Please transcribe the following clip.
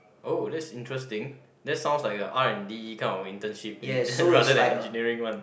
oh that's interesting that sounds like a R_N_D kinda internship rather than engineering one